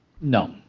No